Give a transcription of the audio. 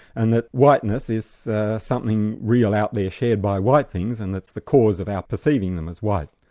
and that whiteness is something real out there, shared by white things, and it's the cause of our perceiving them as white.